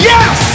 Yes